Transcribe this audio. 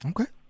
Okay